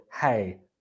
hey